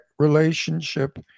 relationship